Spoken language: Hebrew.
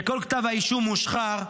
כשכל כתב האישום מושחר,